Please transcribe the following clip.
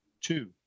two